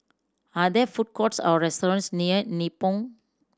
are there food courts or restaurants near Nibong